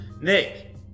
Nick